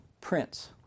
prince